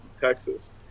texas